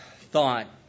thought